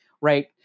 right